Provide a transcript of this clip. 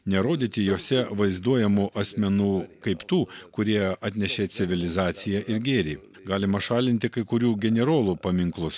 nerodyti jose vaizduojamų asmenų kaip tų kurie atnešė civilizaciją ir gėrį galima šalinti kai kurių generolų paminklus